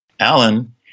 Alan